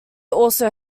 also